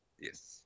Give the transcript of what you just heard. Yes